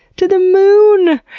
to the moon!